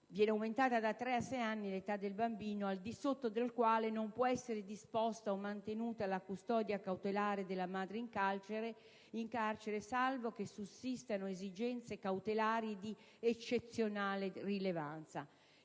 Viene innalzata da tre e sei anni l'età del bambino al di sotto della quale non può essere disposta o mantenuta la custodia cautelare della madre in carcere, salvo che sussistano esigenze cautelari di eccezionale rilevanza.